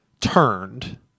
turned